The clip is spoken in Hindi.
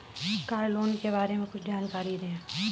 कार लोन के बारे में कुछ जानकारी दें?